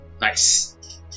Nice